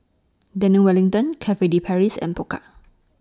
Daniel Wellington Cafe De Paris and Pokka